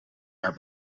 naar